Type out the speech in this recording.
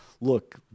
look